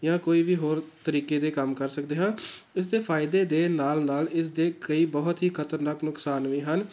ਜਾਂ ਕੋਈ ਵੀ ਹੋਰ ਤਰੀਕੇ ਦੇ ਕੰਮ ਕਰ ਸਕਦੇ ਹਾਂ ਇਸ ਦੇ ਫਾਇਦੇ ਦੇ ਨਾਲ ਨਾਲ ਇਸ ਦੇ ਕਈ ਬਹੁਤ ਹੀ ਖ਼ਤਰਨਾਕ ਨੁਕਸਾਨ ਵੀ ਹਨ